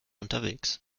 unterwegs